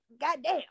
Goddamn